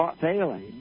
failing